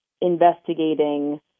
investigating